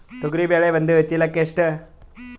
ತೊಗರಿ ಬೇಳೆ ಒಂದು ಚೀಲಕ ಎಷ್ಟು?